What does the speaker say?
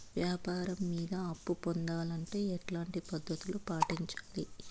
వ్యాపారం మీద అప్పు పొందాలంటే ఎట్లాంటి పద్ధతులు పాటించాలి?